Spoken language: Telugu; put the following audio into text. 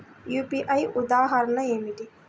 యూ.పీ.ఐ ఉదాహరణ ఏమిటి?